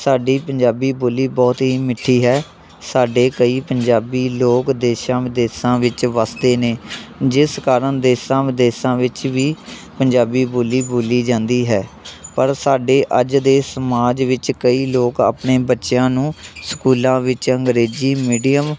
ਸਾਡੀ ਪੰਜਾਬੀ ਬੋਲੀ ਬਹੁਤ ਹੀ ਮਿੱਠੀ ਹੈ ਸਾਡੇ ਕਈ ਪੰਜਾਬੀ ਲੋਕ ਦੇਸ਼ਾਂ ਵਿਦੇਸਾਂ ਵਿੱਚ ਵੱਸਦੇ ਨੇ ਜਿਸ ਕਾਰਨ ਦੇਸ਼ਾਂ ਵਿਦੇਸਾਂ ਵਿੱਚ ਵੀ ਪੰਜਾਬੀ ਬੋਲੀ ਬੋਲੀ ਜਾਂਦੀ ਹੈ ਪਰ ਸਾਡੇ ਅੱਜ ਦੇ ਸਮਾਜ ਵਿੱਚ ਕਈ ਲੋਕ ਆਪਣੇ ਬੱਚਿਆਂ ਨੂੰ ਸਕੂਲਾਂ ਵਿੱਚ ਅੰਗਰੇਜ਼ੀ ਮੀਡੀਅਮ